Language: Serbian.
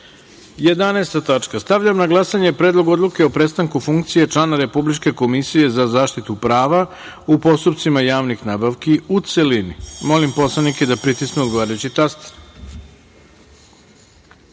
tačka. Stavljam na glasanje Predlog odluke o prestanku funkcije člana Republičke komisije za zaštitu prava u postupcima javnih nabavki, u celini. Molim poslanike da pritisnu odgovarajući